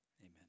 amen